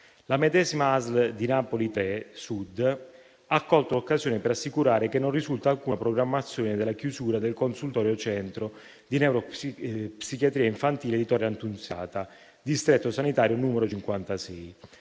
La medesima ASL Napoli 3 Sud ha colto l'occasione per assicurare che non risulta alcuna programmazione della chiusura del consultorio centro di neuropsichiatria infantile di Torre Annunziata, distretto sanitario n. 56.